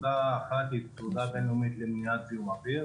תעודה אחת היא תעודה בין-לאומית למניעת זיהום אוויר